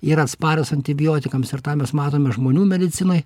yra atsparios antibiotikams ir tą mes matome žmonių medicinoj